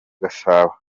gasabo